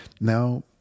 now